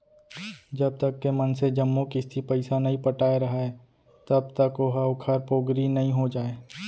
जब तक के मनसे जम्मो किस्ती पइसा नइ पटाय राहय तब तक ओहा ओखर पोगरी नइ हो जाय